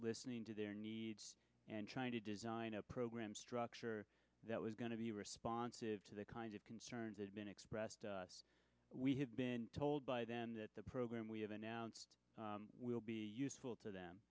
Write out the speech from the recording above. listening to their needs and trying to design a program structure that was going to be responsive to the kind of concerns that have been expressed we have been told by them that the program we have announced will be useful to them